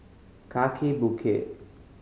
Kaki Bukit